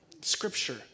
scripture